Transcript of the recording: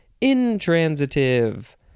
intransitive